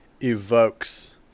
evokes